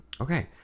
Okay